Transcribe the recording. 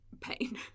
pain